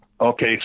Okay